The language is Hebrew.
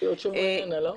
היא עוד שבוע איננה, לא?